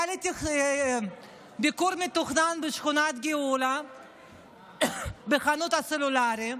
היה לי ביקור מתוכנן בשכונת גאולה בחנות הסלולרית.